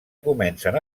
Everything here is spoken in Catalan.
comencen